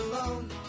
alone